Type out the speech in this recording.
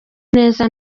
neza